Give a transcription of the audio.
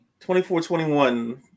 24-21